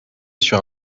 sur